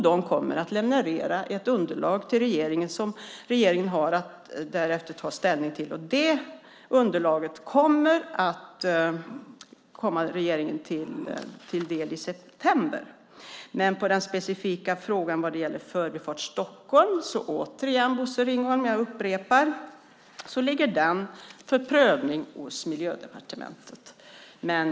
De kommer att leverera ett underlag till regeringen som regeringen har att ta ställning till. Det underlaget kommer till regeringen i september. När det gäller den specifika frågan om Förbifart Stockholm upprepar jag, Bosse Ringholm, att den ligger för prövning hos Miljödepartementet.